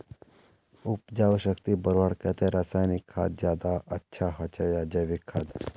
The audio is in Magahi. उपजाऊ शक्ति बढ़वार केते रासायनिक खाद ज्यादा अच्छा होचे या जैविक खाद?